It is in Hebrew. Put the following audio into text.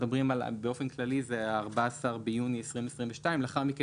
באופן כללי התאריך הוא 14 ביוני 2022 ולאחר מכן